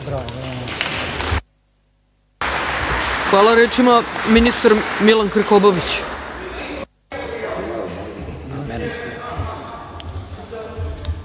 Hvala. Reč ima ministar Milan Krkobabić.